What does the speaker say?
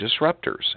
disruptors